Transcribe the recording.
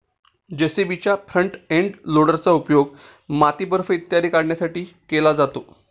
जे.सी.बीच्या front end लोडरचा उपयोग माती, बर्फ इत्यादी काढण्यासाठीही केला जातो